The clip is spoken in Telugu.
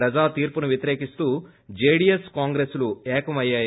ప్రజాతీర్సును వ్వతిరేకిస్తూ జేడీఎస్ కాంగ్రెస్లు ఏకమమయ్యాయి